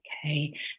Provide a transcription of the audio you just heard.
Okay